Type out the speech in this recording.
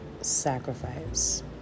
sacrifice